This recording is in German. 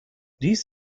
dies